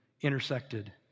intersected